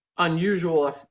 unusual